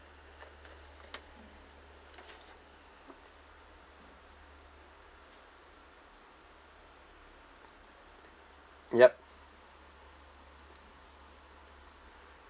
yup